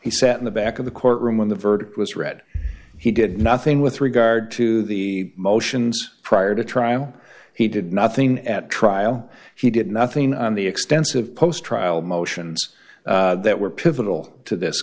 he sat in the back of the courtroom when the verdict was read he did nothing with regard to the motions prior to trial he did nothing at trial he did nothing on the extensive post trial motions that were pivotal to this